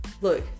look